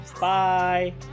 bye